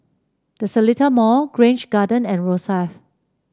The Seletar Mall Grange Garden and Rosyth